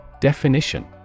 Definition